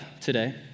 today